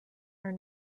are